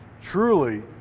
truly